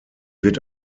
wird